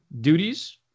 duties